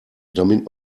damit